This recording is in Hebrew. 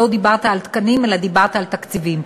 לא דיברת על תקנים אלא דיברת על תקציבים.